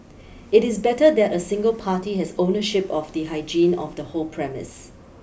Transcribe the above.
it is better that a single party has ownership of the hygiene of the whole premise